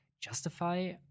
justify